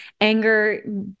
anger